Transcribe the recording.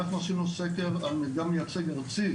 אנחנו עשינו סקר על מדגם מייצג ארצי,